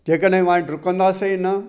जेकॾहिं पाण डुकंदा ई न